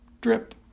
drip